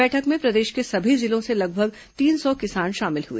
बैठक में प्रदेश के सभी जिलों से लगभग तीन सौ किसान शामिल हुए